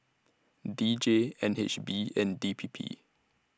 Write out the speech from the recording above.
D J N H B and D P P